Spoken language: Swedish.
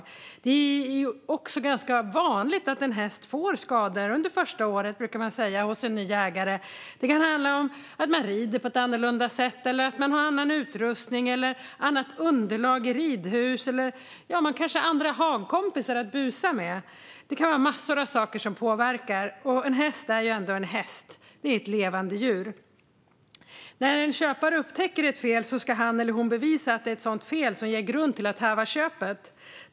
Man brukar också säga att det är ganska vanligt att en häst får skador under första året hos en ny ägare. Det kan handla om att man rider på ett annorlunda sätt, att man har annan utrustning, ett annat underlag i ridhuset eller att hästen har andra hagkompisar att busa med. Det kan vara massor av saker som påverkar, och en häst är ändå en häst. Det är ett levande djur. När en köpare upptäcker ett fel ska han eller hon bevisa att det är ett sådant fel som ger grund för att häva köpet.